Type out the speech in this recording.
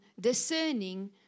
discerning